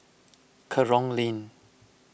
Kerong Lane